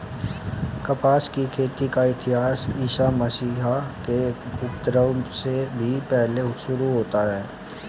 कपास की खेती का इतिहास ईसा मसीह के उद्भव से भी पहले शुरू होता है